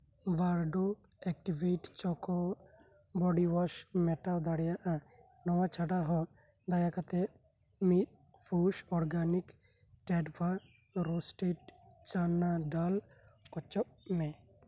ᱵᱷᱟᱨᱰᱩ ᱮᱠᱴᱤᱵᱷᱤᱴ ᱪᱚᱠᱚ ᱵᱚᱰᱤ ᱳᱣᱟᱥ ᱢᱮᱴᱟᱣ ᱫᱟᱲᱤᱭᱟᱜᱼᱟ ᱱᱚᱣᱟ ᱪᱷᱟᱰᱟᱦᱚᱸ ᱫᱟᱭᱟ ᱠᱟᱛᱮᱜ ᱢᱤᱫ ᱨᱩᱥ ᱚᱨᱜᱟᱱᱤᱠ ᱴᱮᱰᱯᱷᱟ ᱨᱚᱥᱴᱮᱰ ᱪᱟᱱᱟᱰᱟᱞ ᱚᱪᱚᱜᱢᱮ